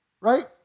right